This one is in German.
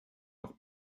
noch